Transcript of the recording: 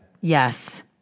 Yes